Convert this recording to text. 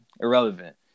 irrelevant